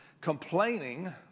complaining